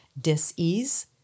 dis-ease